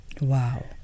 Wow